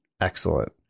excellent